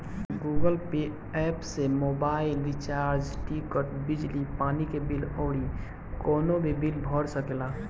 Google Pay app से mobile recharge, ticket, बिजली पानी के बिल अउरी कवनो भी बिल भर सकेला